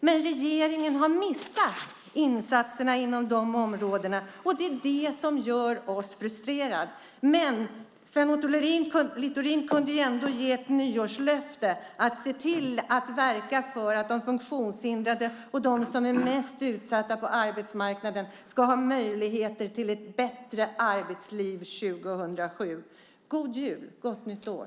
Men regeringen har missat insatserna inom dessa områden, och det gör oss frustrerade. Sven Otto Littorin kunde ändå ge ett nyårslöfte, nämligen att se till att verka för att de funktionshindrade och de som är mest utsatta på arbetsmarknaden ska ha möjlighet till ett bättre arbetsliv 2008. God jul och gott nytt år!